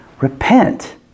repent